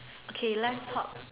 okay let's talk